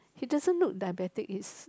he doesn't look diabetic is